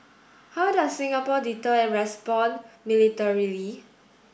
how does Singapore deter and respond militarily